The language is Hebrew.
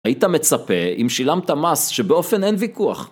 היית מצפה אם שילמת מס שבאופן אין ויכוח.